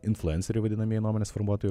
influenceriai vadinamieji nuomonės formuotojai